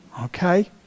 Okay